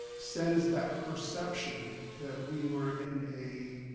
sends that perception that we were in a.